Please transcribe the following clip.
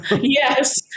Yes